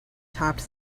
topped